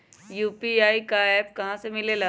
UPI का app कहा से मिलेला?